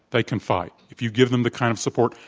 they can fight. if you give them the kind of support,